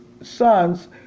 sons